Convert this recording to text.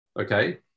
Okay